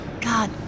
God